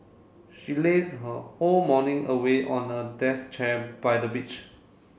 she lazed her whole morning away on a desk chair by the beach